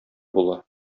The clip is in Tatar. була